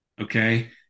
Okay